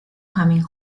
coming